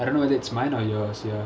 I don't know whether it's mine or yours ya